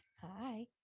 hi